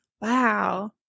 Wow